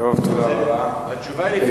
תודה רבה.